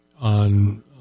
on